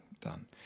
done